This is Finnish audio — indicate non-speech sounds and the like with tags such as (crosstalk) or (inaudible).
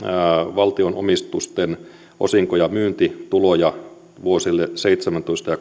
valtionomistusten osinko ja myyntituloja vuosille kaksituhattaseitsemäntoista ja (unintelligible)